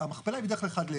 המכפלה היא בדרך כלל 1:10,